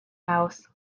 house